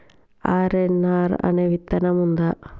RNR అనే విత్తనం ఉందా?